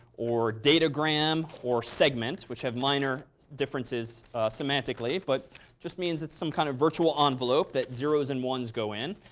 or datagram, or segment, which have minor differences semantically. but it just means that some kind of virtual envelope that zeros and ones go in.